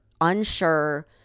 unsure